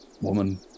woman